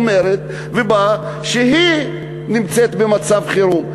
באה ואומרת שהיא נמצאת במצב חירום.